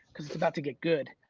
cause it's about to get good.